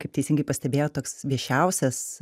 kaip teisingai pastebėjot toks viešiausias